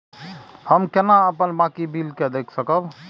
हम केना अपन बाकी बिल के देख सकब?